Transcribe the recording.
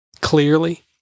clearly